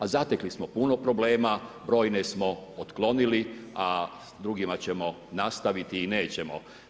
A zatekli smo puno problema, brojne smo otklonili a s drugima ćemo nastaviti i nećemo.